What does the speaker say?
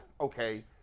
okay